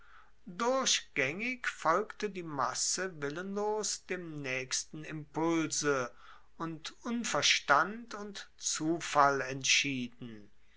durchgaengig folgte die masse willenlos dem naechsten impulse und unverstand und zufall entschieden